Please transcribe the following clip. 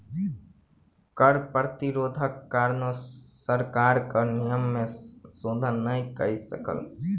कर प्रतिरोधक कारणेँ सरकार कर नियम में संशोधन नै कय सकल